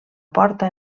porta